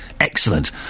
excellent